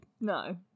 No